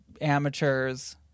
amateurs